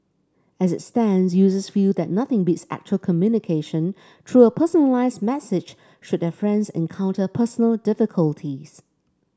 as it stands users feel that nothing beats actual communication through a personalised message should their friends encounter personal difficulties